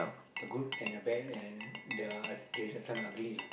the good and the bad and the there's uh this some ugly lah